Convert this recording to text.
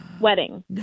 wedding